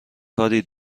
کاری